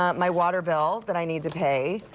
um my water bill but i need to pay.